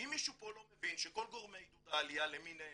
אם מישהו פה לא מבין שכל גורמי עידוד העלייה למיניהם